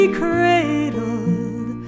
cradled